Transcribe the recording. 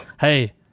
hey